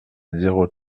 zéro